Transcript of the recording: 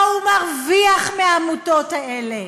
מה הוא מרוויח מהעמותות האלה,